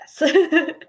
Yes